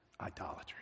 idolatry